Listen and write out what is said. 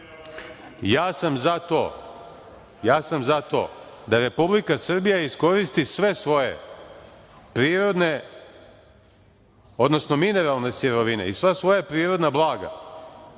Ja sam za to da Republika Srbija iskoristi sve svoje prirodne, odnosno mineralne sirovine i sva svoja prirodna blaga